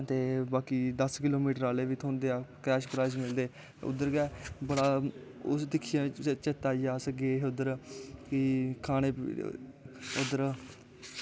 ते बाकी दस कीलो मीटर आह्ले गी बी थ्होंदे ऐ कैश प्राईज़ मिलदे उद्दर गै बड़ा उसी दिक्खियै चेत्ता आईया अस गे हे उध्दर कि खाने उध्दर